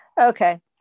Okay